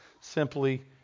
Simply